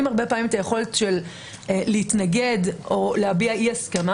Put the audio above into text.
הרבה פעמים את היכולת להתנגד או להביא אי הסכמה